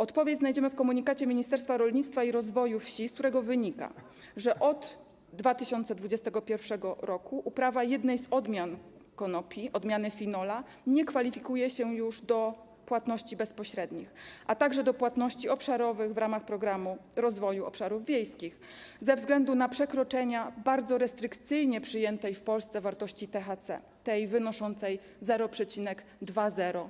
Odpowiedź znajdziemy w komunikacie Ministerstwa Rolnictwa i Rozwoju Wsi, z którego wynika, że od 2021 r. uprawa jednej z odmian konopi, odmiany Finola, nie kwalifikuje się do objęcia systemem płatności bezpośrednich, a także płatności obszarowych w ramach Programu Rozwoju Obszarów Wiejskich ze względu na przekroczenia bardzo restrykcyjnie przyjętej w Polsce wartości THC wynoszącej 0,20%